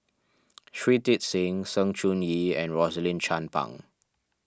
Shui Tit Sing Sng Choon Yee and Rosaline Chan Pang